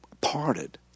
parted